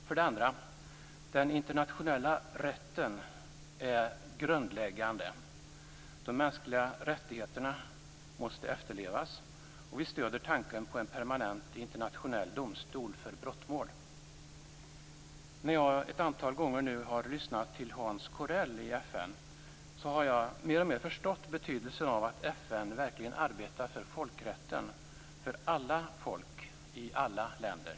För det andra: Den internationella rätten är grundläggande. De mänskliga rättigheterna måste efterlevas. Vi stöder tanken på en permanent internationell domstol för brottmål. När jag ett antal gånger nu har lyssnat till Hans Corell i FN har jag mer och mer förstått betydelsen av att FN verkligen arbetar för folkrätten - för alla folk i alla länder.